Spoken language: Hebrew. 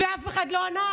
ואף אחד לא ענה,